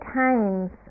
times